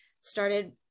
started